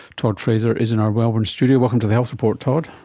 todd fraser is in our melbourne studio. welcome to the health report, todd.